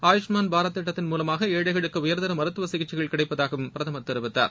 ஆயுஷ் மான் பாரத் திட்டத்தின் மூலமாக ஏழைகளுக்கு உயர்தர மருத்துவ சிகிச்சைகள் கிடைப்பதாகவும் பிரதமர் தெரிவித்தார்